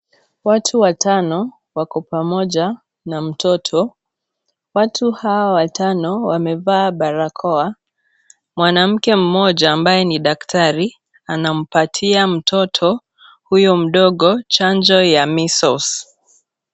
Watu watano, wako pamoja na mtoto. Watu hawa watano wamevaa barakoa. Mwanamke mmoja ambaye ni daktari anampatia mtoto, huyo mdogo chanjo ya measles .